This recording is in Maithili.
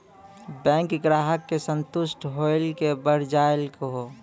बैंक ग्राहक के संतुष्ट होयिल के बढ़ जायल कहो?